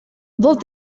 both